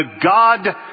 God